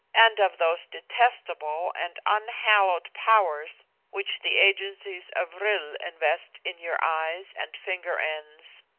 and of those detestable and unhallowed powers which the agencies of vril invest in your eyes and finger-ends,